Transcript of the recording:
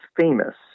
famous